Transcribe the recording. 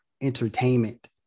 entertainment